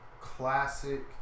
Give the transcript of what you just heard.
classic